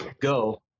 go